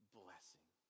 blessing